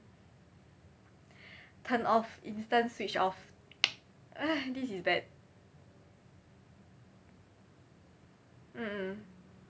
turned off instant switched off this is bad mm mm mm